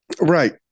Right